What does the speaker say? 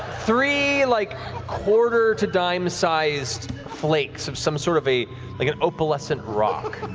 three like quarter to dime sized flakes of some sort of a like ah opalescent rock.